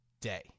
day